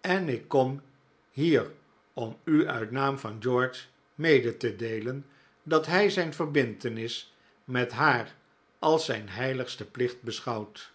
en ik kom hier om u uit naam van george mede te deelen dat hij zijn verbintenis met haar als zijn heiligsten plicht beschouwt